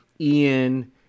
Ian